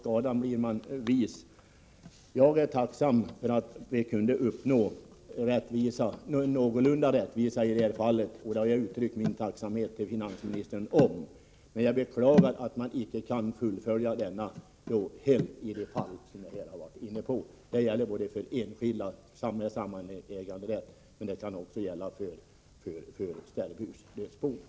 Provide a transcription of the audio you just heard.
Jag är trots allt tacksam för att vi kunde uppnå någorlunda rättvisa i det här fallet, och jag har också uttryckt min tacksamhet till finansministern. Men jag beklagar att man inte velat fullfölja syftet helt när det gäller de fall vi har diskuterat. Jag avser då både enskilda skogsägare med samäganderätt och sterbhusdelägare.